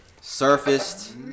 surfaced